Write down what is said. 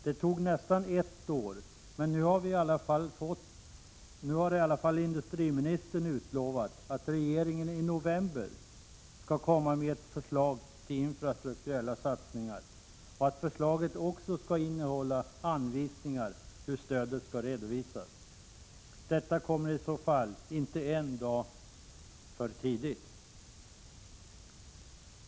Det tog nästan ett år, men nu har i alla fall industriministern utlovat att regeringen i november skall komma med ett förslag till infrastrukturella satsningar och att förslaget också skall innehålla anvisningar om hur stödet skall redovisas. Detta kommer i så fall inte en dag för tidigt.